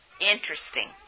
interesting